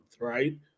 right